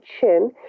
chin